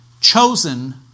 chosen